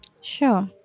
Sure